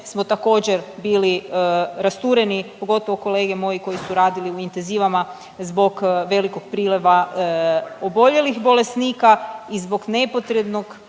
smo također bili rastureni pogotovo kolege moji koji su radili u intenzivama zbog velikog priliva oboljelih bolesnika i zbog nepotrebnog